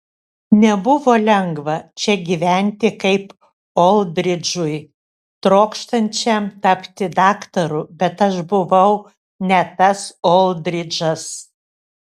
nebuvo lengva čia gyventi kaip oldridžui trokštančiam tapti daktaru bet aš buvau ne tas oldridžas